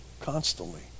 constantly